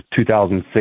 2006